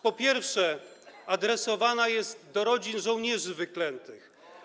Po pierwsze, adresowana jest do rodzin żołnierzy wyklętych.